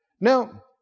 Now